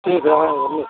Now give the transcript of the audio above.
ठीक हम लोग